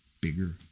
bigger